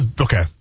Okay